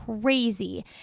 crazy